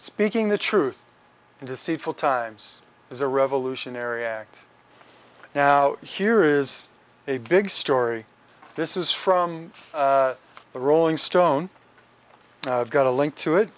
speaking the truth and deceitful times is a revolutionary act now here is a big story this is from the rolling stone got a link to it